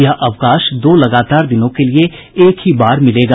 यह अवकाश दो लगातार दिनों के लिये एक ही बार मिलेगा